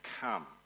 come